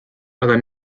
aga